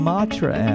Matra